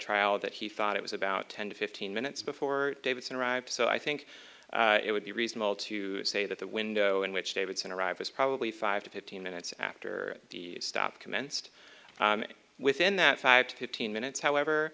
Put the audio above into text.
trial that he thought it was about ten to fifteen minutes before davidson arrived so i think it would be reasonable to say that the window in which davidson arrived probably five to fifteen minutes after the stop commenced within that five to fifteen minutes however